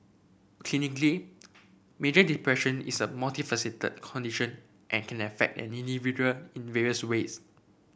clinically major depression is a multifaceted condition and can affect an individual in various ways